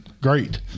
great